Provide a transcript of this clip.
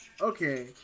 okay